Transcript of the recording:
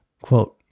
Quote